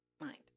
mind